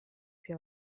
più